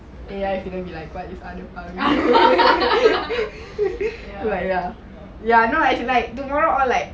but it's அடப்பாவி:adapaavi but ya no as in like tomorrow or like